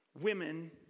women